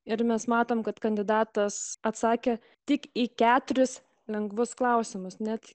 ir mes matome kad kandidatas atsakė tik į keturis lengvus klausimus net